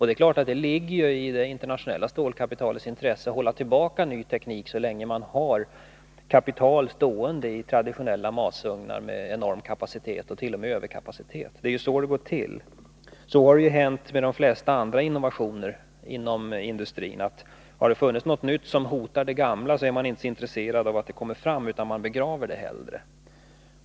Det är klart att det ligger i det internationella stålkapitalets intresse att hålla tillbaka ny teknik så länge man har kapital stående i traditionella masugnar med enorm kapacitet, t.o.m. överkapacitet — det är ju så det går till. Så har det blivit med de flesta andra innovationer inom industrin: har det funnits något nytt som har hotat det gamla är man inte så intresserad av att det kommer fram, utan man begraver det hellre.